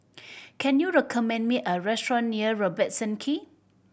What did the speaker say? can you recommend me a restaurant near Robertson Quay